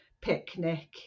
picnic